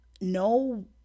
no